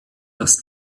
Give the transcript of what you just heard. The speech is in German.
dass